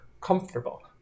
comfortable